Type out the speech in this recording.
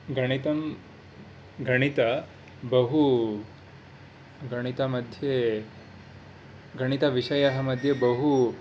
गणितं गणित बहु गणित मध्ये गणितविषयः मध्ये बहु